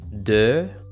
De